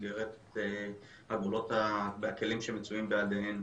במסגרת הגבולות והכלים שמצויים בידיהן.